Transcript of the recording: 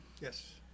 Yes